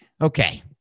Okay